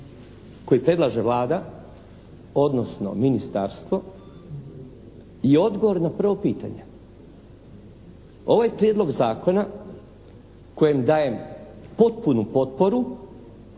koji predlaže Vlada, odnosno ministarstvo je odgovor na prvo pitanje. Ovaj prijedlog zakona kojem dajem potpunu potporu